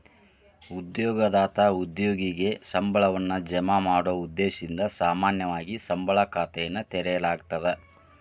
ಉದ್ಯೋಗದಾತ ಉದ್ಯೋಗಿಗೆ ಸಂಬಳವನ್ನ ಜಮಾ ಮಾಡೊ ಉದ್ದೇಶದಿಂದ ಸಾಮಾನ್ಯವಾಗಿ ಸಂಬಳ ಖಾತೆಯನ್ನ ತೆರೆಯಲಾಗ್ತದ